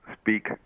speak